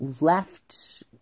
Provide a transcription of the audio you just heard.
left